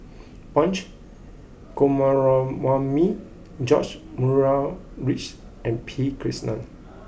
Punch Coomaraswamy George Murray Reith and P Krishnan